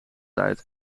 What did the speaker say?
tijd